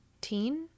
teen